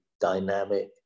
dynamic